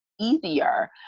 easier